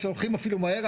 כשהולכים אפילו מהר.